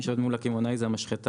מי שעובד מול הקמעונאים זה המשחטה,